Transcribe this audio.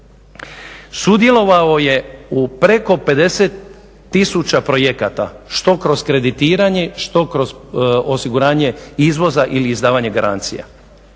sudjelovao je u preko 50 000 projekata što kroz kreditiranje, što kroz osiguranje izvoza ili izdavanje garancija.